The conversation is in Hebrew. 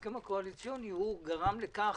ההסכם הקואליציוני גרם לכך